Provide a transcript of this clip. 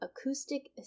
acoustic